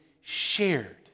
shared